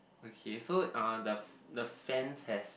okay so uh the the fence has